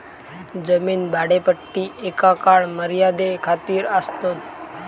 जमीन भाडेपट्टी एका काळ मर्यादे खातीर आसतात